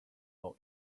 for